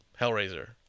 Hellraiser